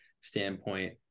standpoint